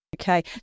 okay